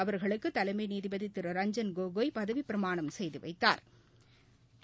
அவர்களுக்கு தலைமை நீதிபதி திரு ரஞ்ஜன் கோகோய் பதவிப்பிரணம் செய்து வைத்தாா்